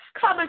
Come